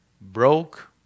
Broke